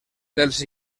dels